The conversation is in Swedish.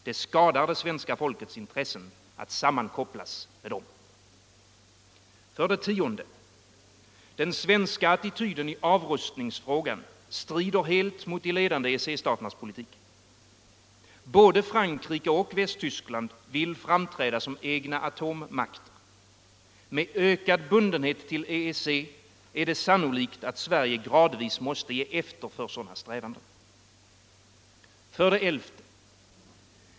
Det skadar det svenska folkets intressen att sammankopplas med dem. 10. Den svenska attityden i avrustningsfrågan strider helt mot de ledande EEC-staternas politik. Både Frankrike och Västtyskland vill framträda som egna atommakter. Med ökad bundenhet till EEC är det sannolikt att Sverige gradvis måste ge efter för sådana strävanden. 11.